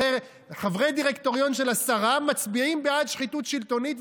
חברי דירקטוריון של השרה מצביעים בעד שחיתות שלטונית,